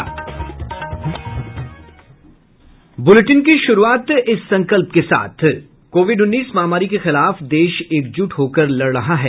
bulletin की शुरूआत से पहले ये संकल्प कोविड उन्नीस महामारी के खिलाफ देश एकजूट होकर लड़ रहा है